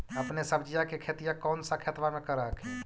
अपने सब्जिया के खेतिया कौन सा खेतबा मे कर हखिन?